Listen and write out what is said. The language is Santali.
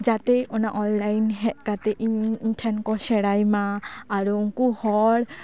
ᱡᱟᱛᱮ ᱚᱱᱟ ᱚᱱᱞᱟᱭᱤᱱ ᱦᱮᱡ ᱠᱟᱛᱮᱜ ᱤᱧ ᱤᱧ ᱴᱷᱮᱱ ᱠᱚ ᱥᱮᱲᱟᱭ ᱢᱟ ᱟᱨ ᱩᱱᱠᱩ ᱦᱚᱲ